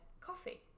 coffee